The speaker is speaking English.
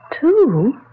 Two